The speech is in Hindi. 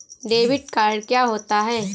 डेबिट कार्ड क्या होता है?